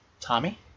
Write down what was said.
Tommy